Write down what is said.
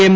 M